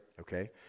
okay